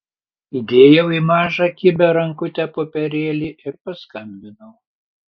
įdėjau į mažą kibią rankutę popierėlį ir paskambinau